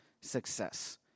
success